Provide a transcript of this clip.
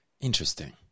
Interesting